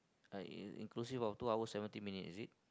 I in~ inclusive of two hours seventeen minutes is it